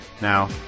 Now